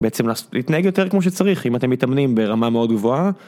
בעצם להתנהג יותר כמו שצריך אם אתם מתאמנים ברמה מאוד גבוהה.